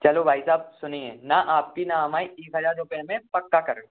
चलो भाई साहब सुनिए ना आपकी ना हमारे एक हज़ार रुपये में पक्का कर लो